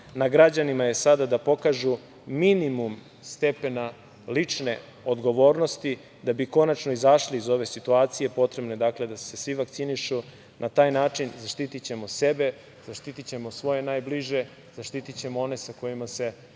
na građanima je sada da pokažu minimum stepena lične odgovornosti. Da bi konačno izašli iz ove situacije potrebno je da se svi vakcinišu. Na taj način zaštitićemo sebe, zaštitićemo svoje najbliže, zaštitićemo one sa kojima se